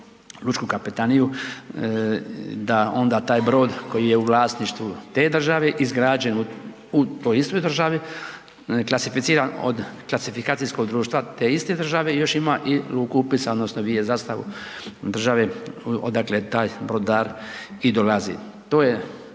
lučku kapetaniju, da onda taj brod koji je u vlasništvu te države, izgrađen u toj istoj državi, klasificiran od klasifikacijskog društva te iste države i još ima luku upisa odnosno vije zastavu države odakle je taj brodar i dolazi. To je